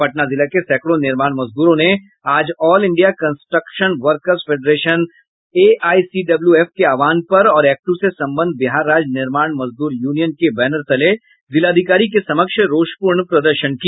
पटना जिला के सैकड़ों निर्माण मजद्रों ने आज all India construction workers federation AICWF के आह्वान पर और ऐक्ट् से सम्बद्ध बिहार राज्य निर्माण मजदूर यूनियन के बैनर तले जिलाधिकारी के समक्ष रोषपूर्ण प्रदर्शन किया